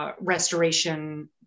restoration